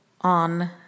on